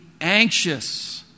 Anxious